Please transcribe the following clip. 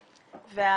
ו-?